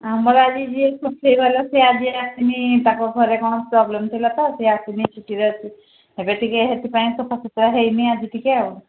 ଆମର ଆଜି ଯିଏ ସଫେଇ କରିବ ସିଏ ଆଜି ଆସିନି ତାଙ୍କ ଘରେ କ'ଣ ପ୍ରୋବ୍ଲେମ ଥିଲା ତ ସିଏ ଆସିନି ଛୁଟିରେ ଅଛି ଏବେ ଟିକେ ସେଥିପାଇଁ ସଫା ସୁୁତୁରା ହୋଇନି ଆଜି ଟିକେ ଆଉ